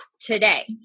today